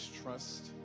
Trust